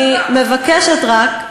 אני מבקשת רק,